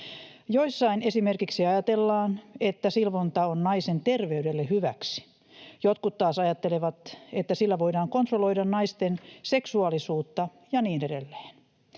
Jossain esimerkiksi ajatellaan, että silvonta on naisen terveydelle hyväksi. Jotkut taas ajattelevat, että sillä voidaan kontrolloida naisten seksuaalisuutta ja niin edelleen.